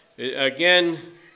Again